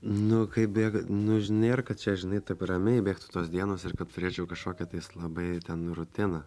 nu kaip bėga nu žin nėr čia kad čia žinai taip ramiai bėgtų tos dienos ir kad turėčiau kažkokią tais labai ten rutiną